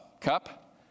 cup